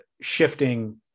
shifting